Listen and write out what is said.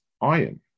iron